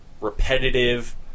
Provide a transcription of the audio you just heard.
repetitive